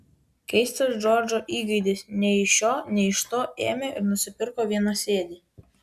keistas džordžo įgeidis nei iš šio nei iš to ėmė ir nusipirko vienasėdį